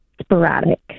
sporadic